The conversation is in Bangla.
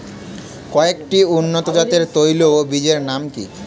কয়েকটি উন্নত জাতের তৈল ও বীজের নাম কি কি?